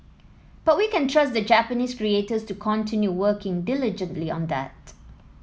but we can trust the Japanese creators to continue working diligently on that